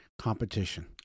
competition